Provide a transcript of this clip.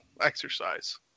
exercise